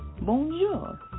Bonjour